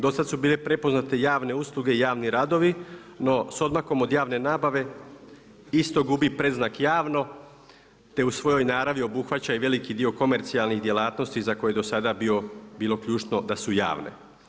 Do sada su bile prepoznate javne usluge i javni radovi, no s odmakom od javne nabave isto gubi predznak javno te u svojoj naravi obuhvaća i veliki dio komercijalnih djelatnosti za koje do sada bilo ključno da su javne.